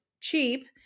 cheap